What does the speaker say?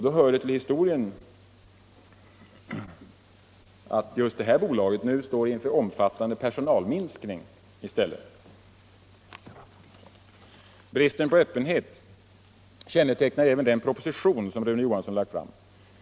Då hör det till historien att detta bolag i stället står inför en personalminskning. Bristen på öppenhet kännetecknar även den proposition som Rune Johansson lagt fram.